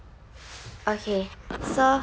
okay so